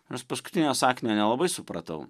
nors paskutinio sakinio nelabai supratau